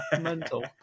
Mental